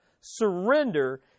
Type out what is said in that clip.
Surrender